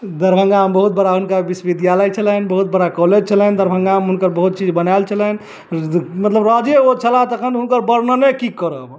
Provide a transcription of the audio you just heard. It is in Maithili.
दरभंगामे बहुत बड़ा हुनका विश्वविद्यालय छलनि बहुत बड़ा कॉलेज छलनि दरभंगामे हुनकर बहुत चीज बनाएल छलनि मतलब राजे ओ छलाह तखन हुनकर वर्णने की करब